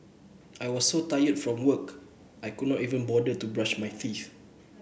I was so tired from work I could not even bother to brush my teeth